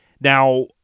Now